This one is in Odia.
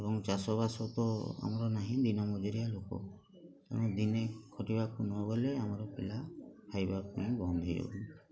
ଏବଂ ଚାଷବାସ ତ ଆମର ନାହିଁ ଦିନ ମଜୁରିଆ ଲୋକ ତେଣୁ ଦିନେ ଖଟିବାକୁ ନ ଗଲେ ଆମର ପିଲା ଖାଇବା ପାଇଁ ବନ୍ଦ ହେଇ ଯାଉଛନ୍ତି